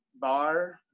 bar